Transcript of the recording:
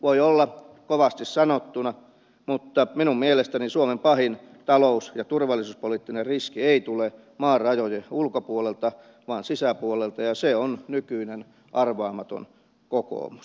voi olla kovasti sanottu mutta minun mielestäni suomen pahin talous ja turvallisuuspoliittinen riski ei tule maan rajojen ulkopuolelta vaan sisäpuolelta ja se on nykyinen arvaamaton kokoomus